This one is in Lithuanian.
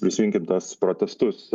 prisiminkim tas protestus